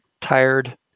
Tired